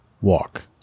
walk